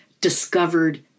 discovered